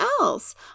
else